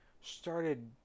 started